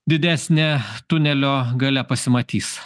didesnė tunelio gale pasimatys